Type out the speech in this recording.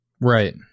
Right